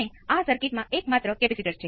તેથી તમે એકવાર કેપેસીટર